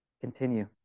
continue